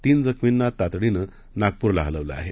तीनजखमींनातातडीनंनागपूरलाहलवलंआहे